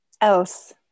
else